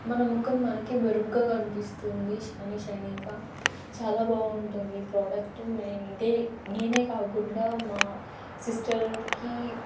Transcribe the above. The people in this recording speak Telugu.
మన ముఖం మనకే మెరుగ్గా కనిపిస్తుంది షైనీ షైనీగా చాలా బాగుంటుంది ఈ ప్రోడక్ట్ నేనిదే నేనే కాకుండా మా సిస్టర్కి